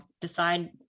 decide